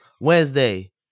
Wednesday